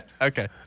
Okay